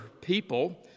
people